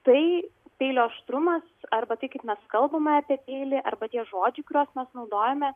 tai peilio aštrumas arba tai kaip mes kalbame apie peilį arba tie žodžiai kuriuos mes naudojame